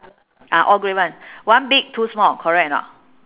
ah all grey one one big two small correct or not